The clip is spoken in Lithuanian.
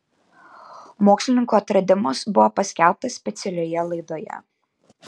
mokslininkų atradimas buvo paskelbtas specialioje laidoje